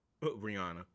Rihanna